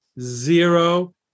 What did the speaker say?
Zero